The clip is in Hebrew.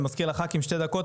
אני מזכיר לח"כים שתי דקות,